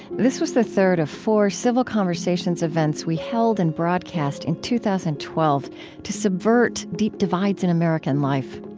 this was the third of four civil conversations events we held in broadcast in two thousand and twelve to subvert deep divides in american life.